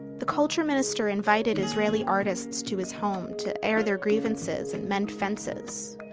the culture minister invited israeli artists to his home to air their grievances and mend fences.